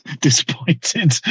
disappointed